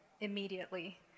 immediately